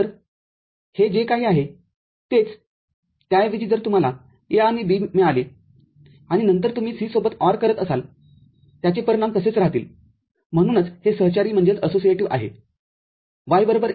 तरहे जे काही आहे तेच त्याऐवजी जर तुम्हाला A आणि B मिळाले आणि नंतर तुम्ही C सोबत ORकरत असालत्याचे परिणाम तसेच राहतील म्हणूनच हे सहचारीआहे